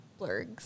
blurgs